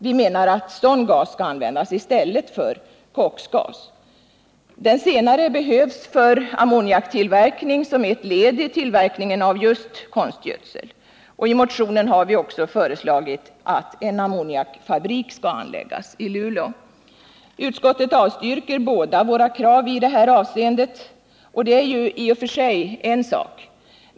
Vi menar att sådan gas bör användas i stället för koksgas. Den senare gasen behövs för ammoniaktillverkning såsom ett led i tillverkningen av just konstgödsel. I motionen har vi också föreslagit att en ammoniakfabrik skall anläggas i Luleå. Utskottet avstyrker båda våra krav i detta avseende. Det är ju i och för sig en sak.